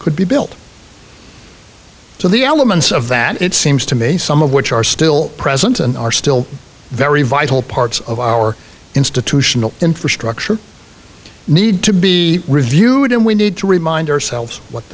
could be built so the elements of that it seems to me some of which are still present and are still very vital parts of our institutional infrastructure need to be reviewed and we need to remind ourselves what